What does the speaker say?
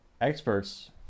experts